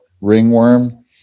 ringworm